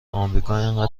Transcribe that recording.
امریکااینقدر